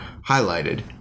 highlighted